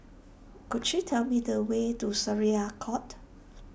could you tell me the way to Syariah Court